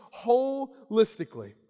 holistically